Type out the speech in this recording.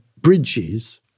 bridges